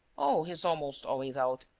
oh, he's almost always out.